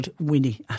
Winnie